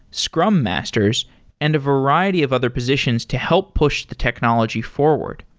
scrum masters and a variety of other positions to help push the technology forward.